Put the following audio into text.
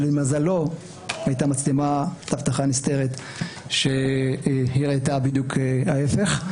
ולמזלו הייתה מצלמת אבטחה נסתרת שהראתה בדיוק הפוך.